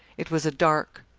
it was a dark,